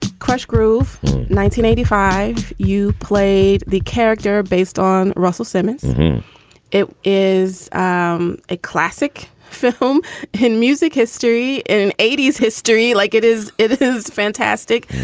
krush groove nineteen eighty five you played the character based on russell simmons it is um a classic film in music history, in eighty s history like it is. it is fantastic.